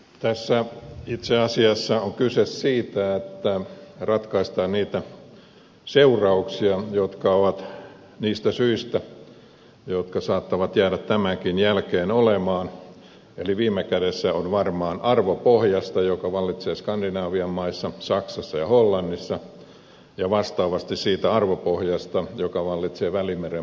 tässä itse asiassa on kyse siitä että ratkaistaan niitä seurauksia jotka johtuvat niistä syistä jotka saattavat jäädä tämänkin jälkeen olemaan eli viime kädessä on varmaan kyse arvopohjasta joka vallitsee skandinavian maissa saksassa ja hollannissa ja vastaavasti siitä arvopohjasta joka vallitsee välimeren maissa